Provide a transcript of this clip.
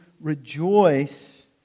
rejoice